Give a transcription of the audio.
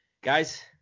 guys